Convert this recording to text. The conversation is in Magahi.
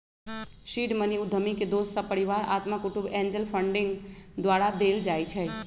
सीड मनी उद्यमी के दोस सभ, परिवार, अत्मा कुटूम्ब, एंजल फंडिंग द्वारा देल जाइ छइ